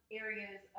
areas